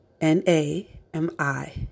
N-A-M-I